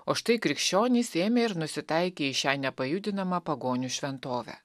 o štai krikščionys ėmė ir nusitaikė į šią nepajudinamą pagonių šventovę